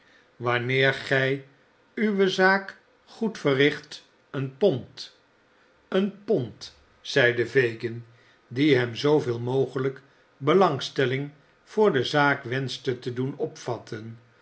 wanneer gij uwe zaak goed verricht een pond een pond zeide fagin die hem zooveel mogelijk belangstelling voor de zaak wenschte te doen opvatten